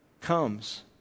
comes